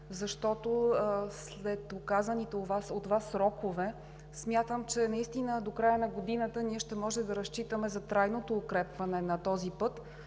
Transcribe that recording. защото след указаните от Вас срокове, смятам, че наистина до края на годината ще можем да разчитаме за трайното укрепване на този път.